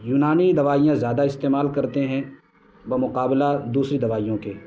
یونانی دوائیاں زیادہ استعمال کرتے ہیں بمقابلہ دوسری دوائیوں کے